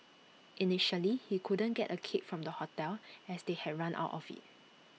initially he couldn't get A cake from the hotel as they had run out of IT